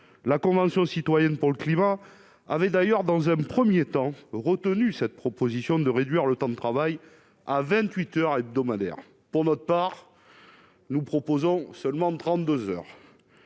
la Convention citoyenne pour le climat avait d'ailleurs dans un 1er temps retenu cette proposition de réduire le temps de travail à 28 heures hebdomadaires pour notre part, nous proposons seulement 32 heures